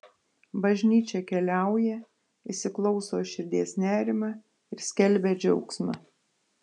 bažnyčia keliauja įsiklauso į širdies nerimą ir skelbia džiaugsmą